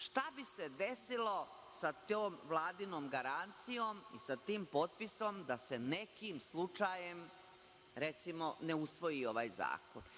šta bi se desilo sa tom Vladinom garancijom i sa tim potpisom, da se nekim slučajem, recimo, ne usvoji ovaj zakon,